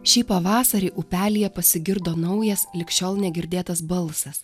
šį pavasarį upelyje pasigirdo naujas lig šiol negirdėtas balsas